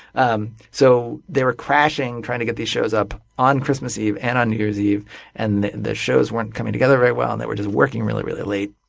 um so they were crashing, trying to get these shows up on christmas eve and on new year's eve and the shows weren't coming together very well, and they were just working really, really late.